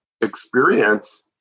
experience